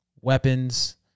weapons